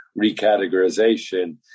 recategorization